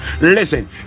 Listen